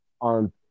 on